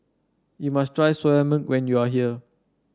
you must try soya men when you are here